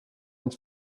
its